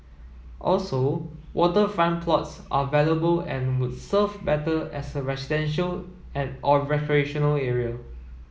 also waterfront plots are valuable and would serve better as a residential and or recreational area